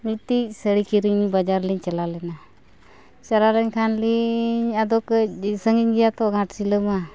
ᱢᱤᱫᱴᱤᱡ ᱥᱟᱹᱲᱤ ᱠᱤᱨᱤᱧ ᱵᱟᱡᱟᱨ ᱞᱤᱧ ᱪᱟᱞᱟᱣ ᱞᱮᱱᱟ ᱪᱟᱞᱟᱣ ᱞᱮᱱ ᱠᱷᱟᱱ ᱞᱤᱧ ᱟᱫᱚ ᱠᱟᱹᱡ ᱰᱷᱮᱹᱨ ᱥᱟᱺᱜᱤᱧ ᱜᱮᱭᱟᱛᱚ ᱜᱷᱟᱴᱥᱤᱞᱟᱹᱢᱟ